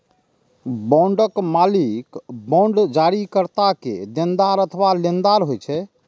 बांडक मालिक बांड जारीकर्ता के देनदार अथवा लेनदार होइ छै